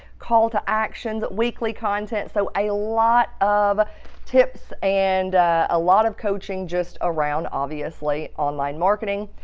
call to actions, weekly content. so a lot of tips and a lot of coaching just around obviously online marketing.